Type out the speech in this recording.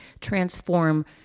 transform